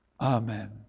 Amen